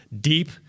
deep